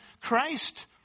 Christ